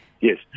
Yes